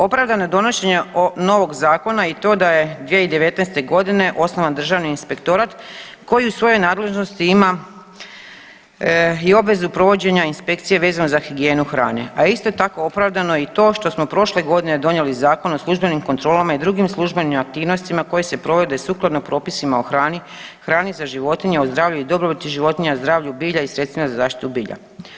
Opravdano donošenje novo zakona i to da je 2019. godine osnovan Državni inspektorat koji u svojoj nadležnosti ima i obvezu provođenja inspekcije vezano za higijenu hrane, a isto tako je opravdano i to što smo prošle godine donijeli Zakon o službenim kontrolama i drugim službenim aktivnostima koje se provode sukladno propisima o hrani, hrani za životinje, o zdravlju i dobrobiti životinja, zdravlju bilja i sredstvima za zaštitu bilja.